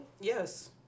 Yes